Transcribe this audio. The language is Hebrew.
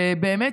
ובאמת,